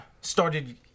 started